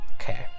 Okay